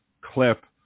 clip